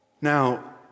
Now